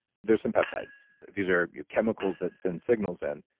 there's some peptides. these are your chemicals that send signals in.